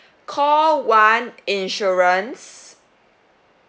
call one insurance